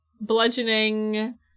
bludgeoning